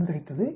44 கிடைத்தது